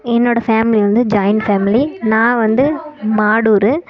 என்னோடய ஃபேமிலி வந்து joint family நான் வந்து மாடூரு